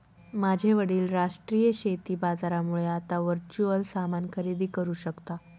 माझे वडील राष्ट्रीय शेती बाजारामुळे आता वर्च्युअल सामान खरेदी करू शकता